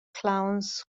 clowns